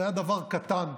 זה היה דבר קטן,